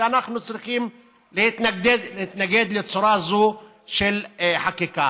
ואנחנו צריכים להתנגד לצורה זו של חקיקה.